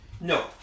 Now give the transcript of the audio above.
No